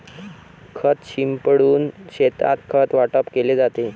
खत शिंपडून शेतात खत वाटप केले जाते